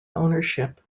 ownership